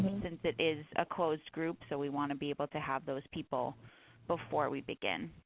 since it is a closed group, so we want to be able to have those people before we begin.